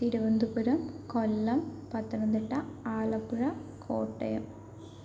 Thiruvananthapuram Kollam Pathanamthitta Alappuzha Kottayam